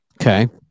Okay